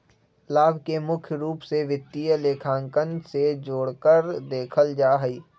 लाभ के मुख्य रूप से वित्तीय लेखांकन से जोडकर देखल जा हई